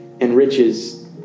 enriches